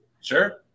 Sure